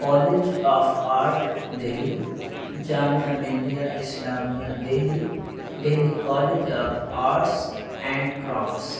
college of art Delhi Jamia Millia Islamia Delhi Delhi college of arts and crafts